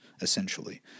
essentially